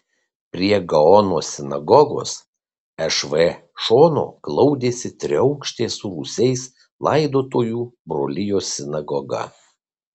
prie gaono sinagogos šv šono glaudėsi triaukštė su rūsiais laidotojų brolijos sinagoga